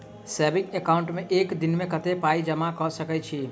Saving account मे एक दिनमे कतेक पाई जमा कऽ सकैत छी?